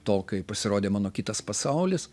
to kai pasirodė mano kitas pasaulis